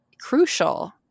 crucial